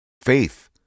faith